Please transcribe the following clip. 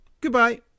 Goodbye